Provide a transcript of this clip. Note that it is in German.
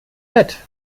bett